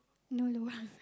no lobang